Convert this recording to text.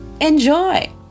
Enjoy